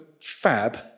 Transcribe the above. fab